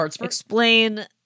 explain